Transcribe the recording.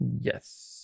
yes